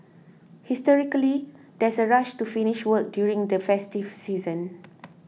historically there's a rush to finish work during the festive season